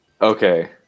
Okay